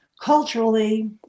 culturally